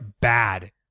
bad